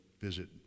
visit